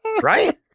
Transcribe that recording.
Right